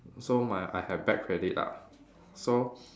so my I had bad credit ah so